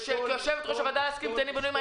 כיושבת-ראש הוועדה לעסקים קטנים ובינוניים